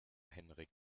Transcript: henrik